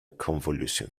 convolution